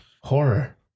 horror